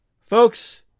Folks